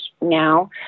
now